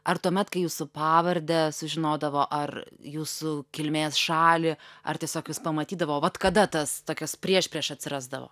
ar tuomet kai jūsų pavardę sužinodavo ar jūsų kilmės šalį ar tiesiog jus pamatydavo vat kada tas tokios priešprieša atsirasdavo